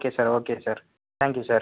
okay sir okay sir thank you sir